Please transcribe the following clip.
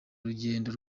urugendo